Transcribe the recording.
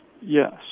Yes